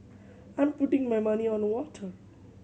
I'm putting my money on the water